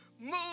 Move